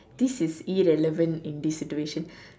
this is irrelevant in this situation